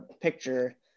picture